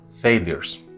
failures